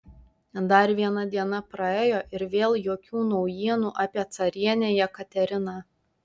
dar viena diena praėjo ir vėl jokių naujienų apie carienę jekateriną